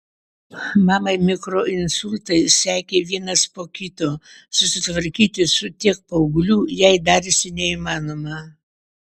mamai mikroinsultai sekė vienas po kito susitvarkyti su tiek paauglių jai darėsi neįmanoma